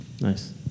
Nice